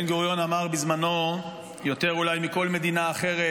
בן-גוריון אמר בזמנו: "יותר אולי מכל מדינה אחרת